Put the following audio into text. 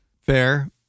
Fair